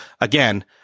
again